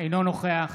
אינו נוכח